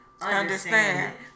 understand